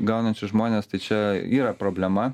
gaunančius žmones tai čia yra problema